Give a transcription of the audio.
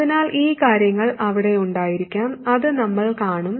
അതിനാൽ ഈ കാര്യങ്ങൾ അവിടെ ഉണ്ടായിരിക്കാം അത് നമ്മൾ കാണും